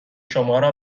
شمارا